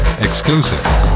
Exclusive